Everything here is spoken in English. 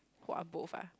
who are both ah